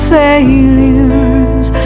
failures